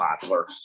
popular